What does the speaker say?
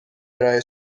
ارائه